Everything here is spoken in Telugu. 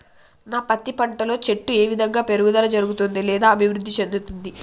నా పత్తి పంట లో చెట్టు ఏ విధంగా పెరుగుదల జరుగుతుంది లేదా అభివృద్ధి చెందుతుంది?